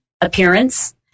appearance